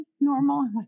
normal